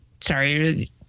Sorry